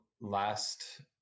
Last